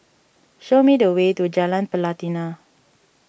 show me the way to Jalan Pelatina